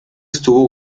estuvo